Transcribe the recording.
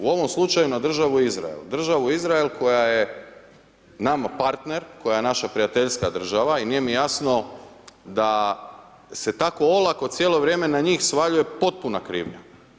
U ovom slučaju na Državu Izrael, Državu Izrael koja je nama partner, koja je naša prijateljska država i nije mi jasno da se tako olako cijelo vrijeme na njih svaljuje potpuna krivnja.